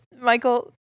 Michael